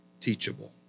teachable